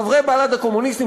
חברי בל"ד הקומוניסטים,